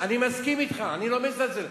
אני מסכים אתך, אני לא מזלזל.